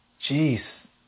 jeez